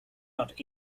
not